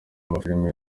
amafilime